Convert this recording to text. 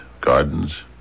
gardens